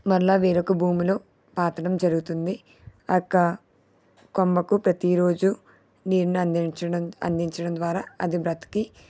మళ్ళా వేరొక భూమిలో పాతడం జరుగుతుంది ఆ యొక్క కొమ్మకు ప్రతిరోజు నేను అందించడం అందించడం ద్వారా అది బ్రతికి